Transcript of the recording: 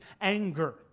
anger